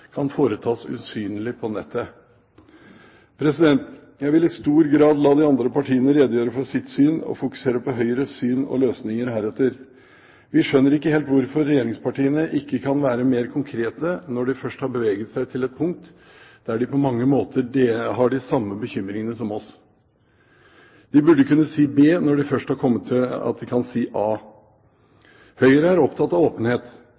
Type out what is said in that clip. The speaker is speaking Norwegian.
kan foretas usynlig på nettet. Jeg vil i stor grad la de andre partiene redegjøre for sitt syn og fokusere på Høyres syn og løsninger heretter. Vi skjønner ikke helt hvorfor regjeringspartiene ikke kan være mer konkrete når de først har beveget seg til et punkt der de på mange måter har de samme bekymringene som oss. De burde kunne si b når de først har kommet til at de kan si a. Høyre er opptatt av åpenhet.